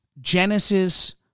Genesis